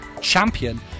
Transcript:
Champion